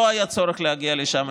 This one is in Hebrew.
לא היה צורך להגיע לשם.